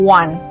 one